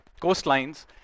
coastlines